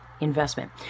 investment